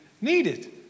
needed